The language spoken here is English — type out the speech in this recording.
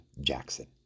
Jackson